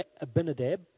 Abinadab